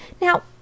Now